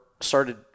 started